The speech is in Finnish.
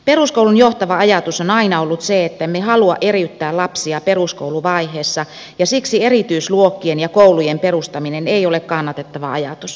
peruskoulun johtava ajatus on aina ollut se ettemme halua eriyttää lapsia peruskouluvaiheessa ja siksi erityisluokkien ja koulujen perustaminen ei ole kannatettava ajatus